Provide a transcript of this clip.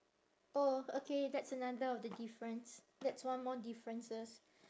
oh okay that's another of the difference that's one more differences